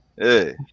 Hey